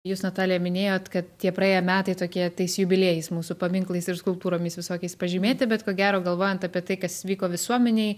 jūs natalija minėjot kad tie praėję metai tokie tais jubiliejais mūsų paminklais ir skulptūromis visokiais pažymėti bet ko gero galvojant apie tai kas vyko visuomenėj